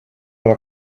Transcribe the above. were